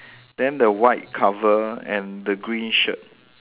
then the white cover and the green shirt